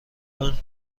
اون